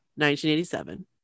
1987